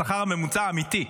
השכר הממוצע האמיתי,